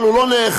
אבל הוא לא נאכל.